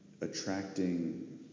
attracting